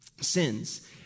sins